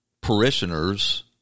parishioners